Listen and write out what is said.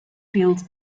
fields